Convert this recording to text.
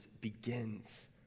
begins